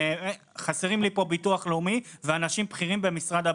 חסרים לי פה ביטוח לאומי ואנשים בכירים במשרד הבריאות.